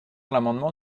l’amendement